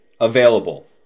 available